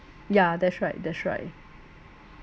yeah that's right that's right